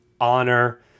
honor